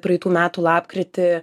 praeitų metų lapkritį